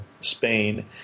Spain